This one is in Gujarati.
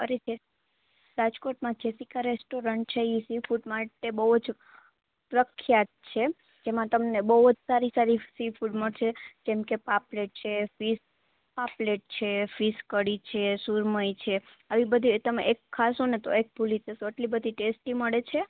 અરે રાજકોટમાં જેસિકા રેસ્ટોરન્ટ છે એ સી ફૂડ માટે બહુ જ પ્રખ્યાત છે જેમાં તમને બહુ જ સારા સારા સી ફૂડ મળશે જેમકે પાપલેટ છે ફિસ પાપલેટ છે ફિશ કડી છે સુરમઇ છે આવી બધી આઈટમ એક ખાશોને તો એક ભૂલી જશો અટલી બધી ટેસ્ટી મળે છે